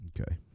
Okay